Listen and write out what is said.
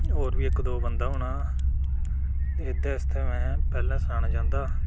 होर बी इक दो बंदा होना एह्दे आस्तै में पैह्ले सनाना चांह्दा